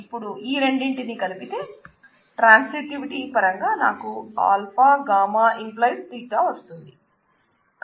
ఇపుడు ఈ రెండింటిని కలిపితే ట్రాన్సిటివిటి పరంగా నాకు α γ → δ వస్తుంది